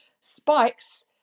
spikes